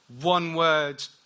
one-word